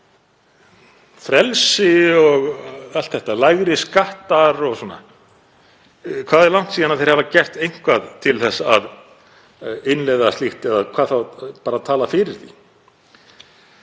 Frelsi og allt þetta, lægri skattar og svona. Hvað er langt síðan þeir hafa gert eitthvað til að innleiða slíkt eða hvað þá bara talað fyrir því?